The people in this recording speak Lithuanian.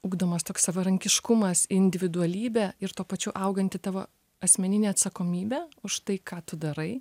ugdomas toks savarankiškumas individualybė ir tuo pačiu auganti tavo asmeninė atsakomybė už tai ką tu darai